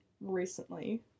recently